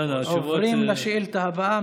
אנחנו עוברים לשאילתה הבאה,